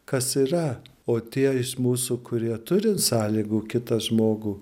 kas yra o tie iš mūsų kurie turi sąlygų kitą žmogų